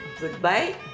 Goodbye